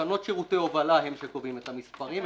תקנות שירותי הובלה הם שקובעים את המספרים.